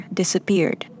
disappeared